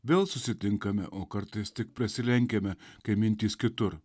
vėl susitinkame o kartais tik prasilenkiame kai mintys kitur